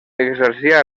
exercia